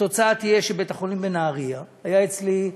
התוצאה תהיה שבית-החולים בנהריה, היה אצלי,